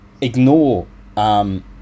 ignore